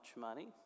money